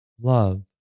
love